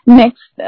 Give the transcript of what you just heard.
next